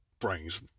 brings